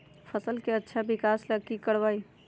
फसल के अच्छा विकास ला की करवाई?